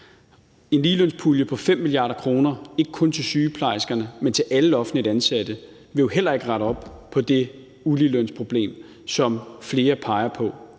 En ligelønspulje på 5 mia. kr., ikke kun til sygeplejerskerne, men til alle offentligt ansatte, vil jo heller ikke rette op på det uligelønsproblem, som flere peger på.